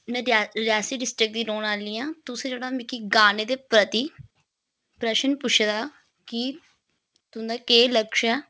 में रियासी डिस्ट्रिक दी रौह्न आह्ली आं तुस जेह्ड़ा मिगी गाने दे प्रति प्रश्न पुच्छे दा कि तुं'दा केह् लक्ष्य ऐ